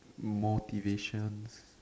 motivation